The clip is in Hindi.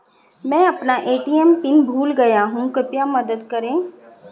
मैं अपना ए.टी.एम पिन भूल गया हूँ कृपया मदद करें